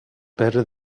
better